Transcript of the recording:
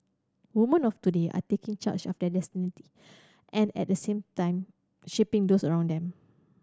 woman of today are taking charge of their destiny and at the same time shaping those around them